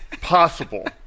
possible